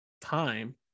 time